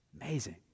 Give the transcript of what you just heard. Amazing